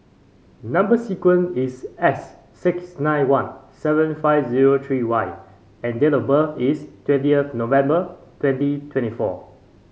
number sequence is S six nine one seven five zero three Y and date of birth is twentieth November twenty twenty four